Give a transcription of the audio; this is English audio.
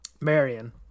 Marion